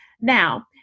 Now